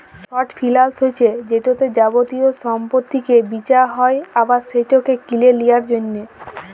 short ফিলালস হছে যেটতে যাবতীয় সম্পত্তিকে বিঁচা হ্যয় আবার সেটকে কিলে লিঁয়ার জ্যনহে